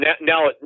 now